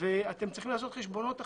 אתם צריכים לעשות חשבונות אחרים.